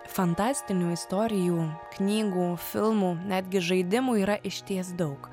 fantastinių istorijų knygų filmų netgi žaidimų yra išties daug